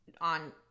on